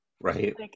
right